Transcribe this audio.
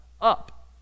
up